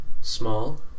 small